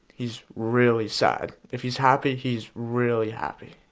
he's really sad. if he's happy he's really happy,